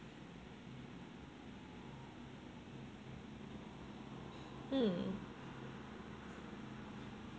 mm